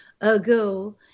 Ago